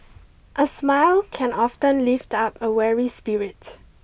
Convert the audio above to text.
a smile can often lift up a weary spirit